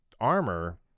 armor